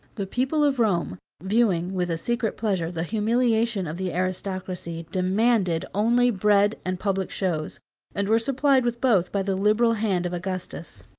the people of rome, viewing, with a secret pleasure, the humiliation of the aristocracy, demanded only bread and public shows and were supplied with both by the liberal hand of augustus.